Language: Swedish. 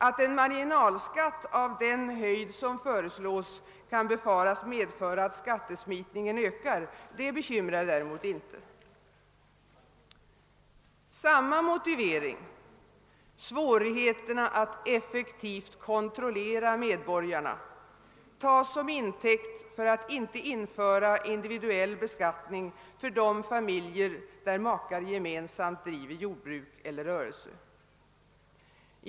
"Att en marginalskatt av den höjd som föreslås kan befaras medföra att skattesmitningen ökar bekymrar däremot inte. Samma motivering, svårigheterna att effektivt kontrollera medborgarna, tas som intäkt för att inte införa individuell beskattning för de familjer där makarna gemensamt driver jordbruk eller rörelse.